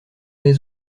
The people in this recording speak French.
les